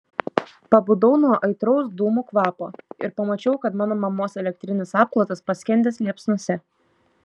pabudau nuo aitraus dūmų kvapo ir pamačiau kad mano mamos elektrinis apklotas paskendęs liepsnose